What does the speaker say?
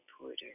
Porter